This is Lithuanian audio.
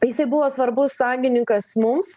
jisai buvo svarbus sąjungininkas mums